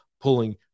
pulling